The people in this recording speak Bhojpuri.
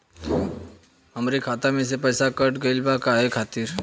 हमरे खाता में से पैसाकट गइल बा काहे खातिर?